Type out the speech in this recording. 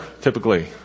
typically